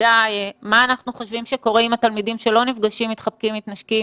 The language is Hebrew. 10% מהתלמידים בשלב ראשון ללמידה פיזית,